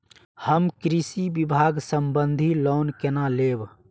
हम कृषि विभाग संबंधी लोन केना लैब?